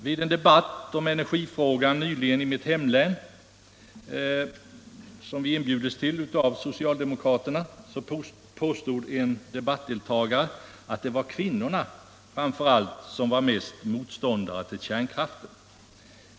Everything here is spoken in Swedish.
Vid en debatt om energifrågan nyligen i mitt hemlän, till vilken vi inbjudits av socialdemokraterna, påstod en debattdeltagare att framför allt kvinnorna är motståndare till kärnkraften.